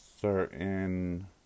certain